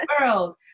world